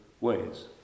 ways